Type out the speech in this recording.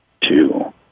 two